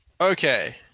Okay